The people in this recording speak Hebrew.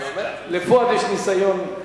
לפואד יש ניסיון.